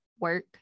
work